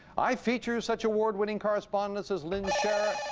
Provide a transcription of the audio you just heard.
i feature such award-winning correspondent as lynn sherr.